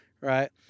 right